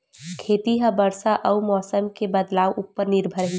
खेती हा बरसा अउ मौसम के बदलाव उपर निर्भर हे